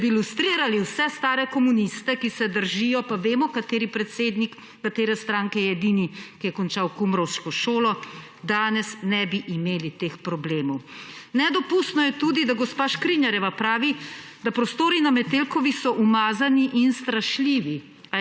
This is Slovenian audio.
če bi lustrirali vse stare komuniste, ki se držijo, pa vemo, kateri predsednik katere stranke je edini, ki je končal kumrovško šolo, danes ne bi imeli teh problemov. Nedopustno je tudi, da gospa Škrinjarjeva pravi, da so prostori na Metelkovi umazani in strašljivi.